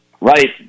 Right